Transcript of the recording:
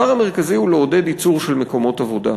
הדבר המרכזי הוא לעודד ייצור של מקומות עבודה.